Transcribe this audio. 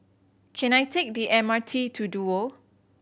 can I take the M R T to Duo